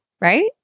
right